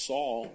Saul